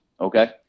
okay